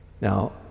Now